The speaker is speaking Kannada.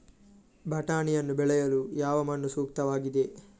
ಬಟಾಣಿಯನ್ನು ಬೆಳೆಯಲು ಯಾವ ಮಣ್ಣು ಸೂಕ್ತವಾಗಿದೆ?